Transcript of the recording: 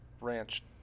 ranch